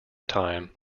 time